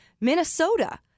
Minnesota